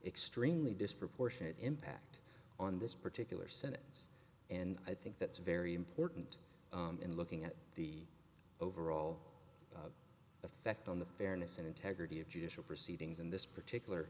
extremely disproportionate impact on this particular sentence and i think that's very important in looking at the overall effect on the fairness and integrity of judicial proceedings in this particular